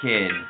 Kid